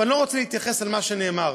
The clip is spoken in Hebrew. ואני לא רוצה להתייחס למה שנאמר,